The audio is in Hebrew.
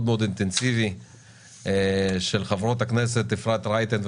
מאוד אינטנסיבי של חברות אפרת רייטן,